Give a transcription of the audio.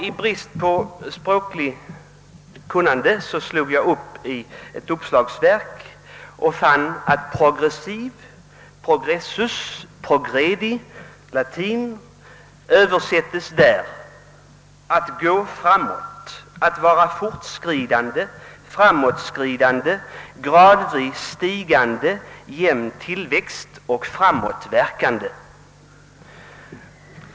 I brist på språkligt kunnande såg jag efter i ett uppslagsverk och fann att ordet progressiv — progressus — progredi där översättes med att gå framåt, att vara fortskridande, framåtskridande, gradvis stigande, jämnt tillväxande och framåtverkande.